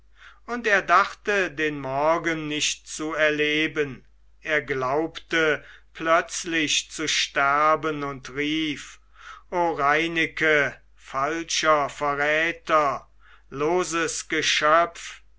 und er dachte den morgen nicht zu erleben er glaubte plötzlich zu sterben und rief o reineke falscher verräter loses geschöpf